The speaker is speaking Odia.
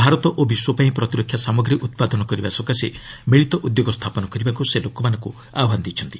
ଭାରତ ଓ ବିଶ୍ୱ ପାଇଁ ପ୍ରତିରକ୍ଷା ସାମଗ୍ରୀ ଉତ୍ପାଦନ କରିବା ସକାଶେ ମିଳିତ ଉଦ୍ୟୋଗ ସ୍ଥାପନ କରିବାକୁ ସେ ସେମାନଙ୍କୁ ଆହ୍ୱାନ ଦେଇଛନ୍ତି